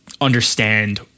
understand